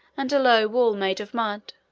and a low wall, made of mud,